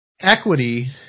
equity